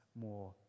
more